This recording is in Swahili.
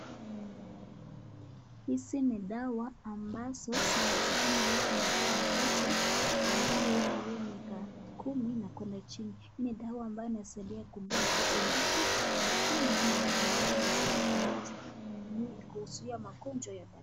Hizi ni dawa ambazo sana sana huwa anapea mtoto ambaye aliye miaka kumi na kwenda chini. Ni dawa ambayo inasaidia kumpea mtoto nguvu na tena ni dawa ambayo inasaidia kumpea mwili kuzuia magonjwa ya baadaye.